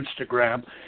Instagram